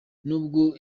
nubwo